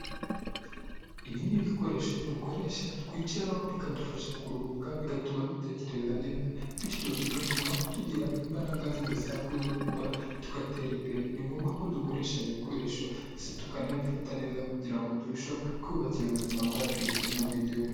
Ibi ni ibikoresho dukoresha twicaraho bikadufasha kuruhuka, bigatuma dutekereza neza bityo bigatuma tugira imbaraga zidasanzwe zo gukora tugatera imbere. Ni ngombwa ko dukoresha ibi bikoresho ndetse tukanabifata neza kugira ngo turusheho kubaikira ubuzima bwacu ndetse n'ubw'igihugu.